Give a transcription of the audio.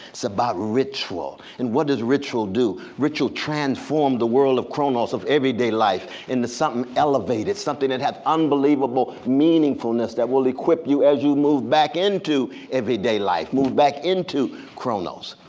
it's about ritual. and what does ritual do? ritual transformed the world of kronos, of everyday life, into something elevated, something that have unbelievable meaningfulness that will equip you as you move back into everyday life, move back into kronos.